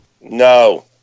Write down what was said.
no